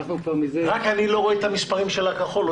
אני לא רואה את המספרים שבכחול.